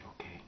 okay